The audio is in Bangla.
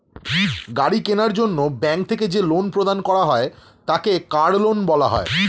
গাড়ি কেনার জন্য ব্যাঙ্ক থেকে যে লোন প্রদান করা হয় তাকে কার লোন বলা হয়